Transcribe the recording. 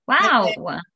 Wow